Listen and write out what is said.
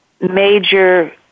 major